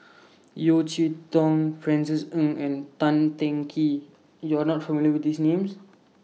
Yeo Cheow Tong Francis Ng and Tan Teng Kee YOU Are not familiar with These Names